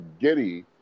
giddy